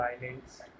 violence